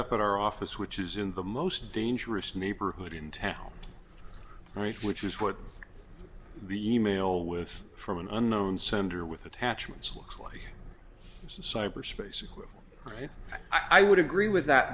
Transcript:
up at our office which is in the most dangerous neighborhood in town which is what the e mail with from an unknown sender with attachments looks like cyberspace is right i would agree with that